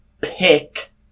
Pick